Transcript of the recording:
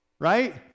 Right